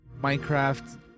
Minecraft